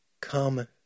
come